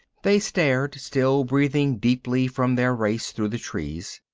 they stared, still breathing deeply from their race through the trees.